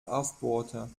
aufbohrte